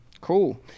Cool